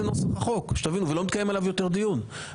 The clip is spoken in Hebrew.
לנוסח החוק ולא מתקיים עליו יותר דיון.